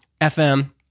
FM